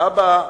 אבא אחימאיר,